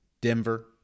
Denver